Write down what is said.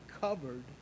covered